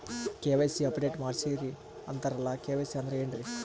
KYC update ಮಾಡಸ್ರೀ ಅಂತರಲ್ಲ KYC ಅಂದ್ರ ಏನ್ರೀ?